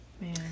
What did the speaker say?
Man